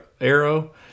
arrow